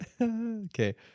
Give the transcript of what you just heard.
okay